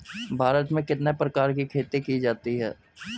भारत में कितने प्रकार की खेती की जाती हैं?